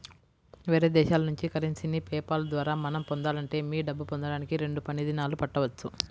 వేరే దేశాల నుంచి కరెన్సీని పే పాల్ ద్వారా మనం పొందాలంటే మీ డబ్బు పొందడానికి రెండు పని దినాలు పట్టవచ్చు